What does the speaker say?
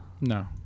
No